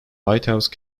lighthouse